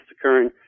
occurring